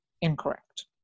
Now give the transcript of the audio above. incorrect